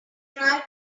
tried